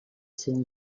scène